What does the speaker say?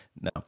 No